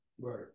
Right